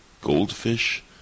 goldfish